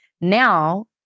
Now